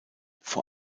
vor